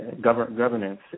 governance